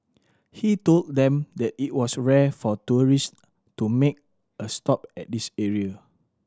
he told them that it was rare for tourist to make a stop at this area